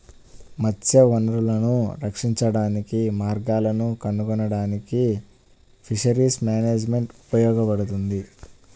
మత్స్య వనరులను రక్షించడానికి మార్గాలను కనుగొనడానికి ఫిషరీస్ మేనేజ్మెంట్ ఉపయోగపడుతుంది